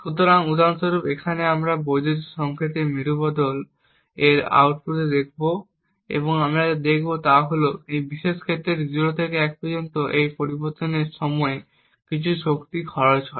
সুতরাং উদাহরণস্বরূপ এখানে আমরা বৈদ্যুতিন সংকেতের মেরু বদল এর আউটপুট দেখব এবং আমরা যা দেখব তা হল এই বিশেষ ক্ষেত্রে 0 থেকে 1 পর্যন্ত এই পরিবর্তনের সময় কিছু শক্তি খরচ হয়